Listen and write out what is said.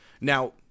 Now